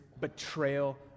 betrayal